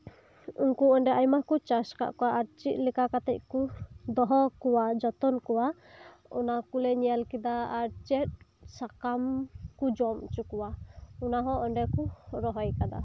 ᱩᱱᱠᱩ ᱚᱸᱰᱮ ᱟᱭᱢᱟ ᱠᱚ ᱪᱟᱥ ᱟᱠᱟᱫ ᱠᱚᱣᱟ ᱟᱨ ᱪᱮᱫ ᱞᱮᱠᱟ ᱠᱟᱛᱮ ᱠᱚ ᱫᱚᱦᱚ ᱠᱚᱣᱟ ᱡᱚᱛᱚᱱ ᱠᱚᱣᱟ ᱚᱱᱟ ᱠᱚᱞᱮ ᱧᱮᱞ ᱠᱮᱫᱟ ᱟᱨ ᱪᱮᱫ ᱥᱟᱠᱟᱢ ᱠᱚ ᱡᱚᱢ ᱚᱪᱚᱠᱚᱣᱟ ᱚᱱᱟᱦᱚᱸ ᱚᱸᱰᱮ ᱠᱚ ᱨᱚᱦᱚᱭ ᱟᱠᱟᱫᱟ